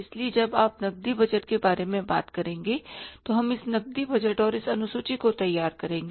इसलिए जब आप नकदी बजट के बारे में बात करेंगे तो हम इस नकदी बजट और इस अनुसूची को तैयार करेंगे